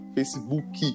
Facebook